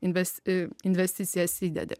inves i investicijas įdedi